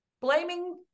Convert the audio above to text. blaming